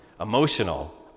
emotional